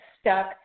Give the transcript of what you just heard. stuck